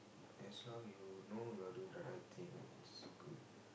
as long you know you're doing the right thing it's good